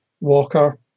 Walker